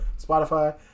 Spotify